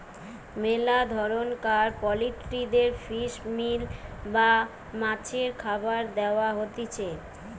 মেলা ধরণকার পোল্ট্রিদের ফিশ মিল বা মাছের খাবার দেয়া হতিছে